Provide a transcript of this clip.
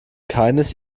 keines